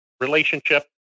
relationship